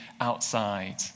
outside